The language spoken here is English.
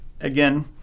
again